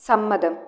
സമ്മതം